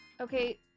Okay